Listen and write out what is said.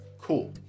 Cool